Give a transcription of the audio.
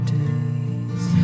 days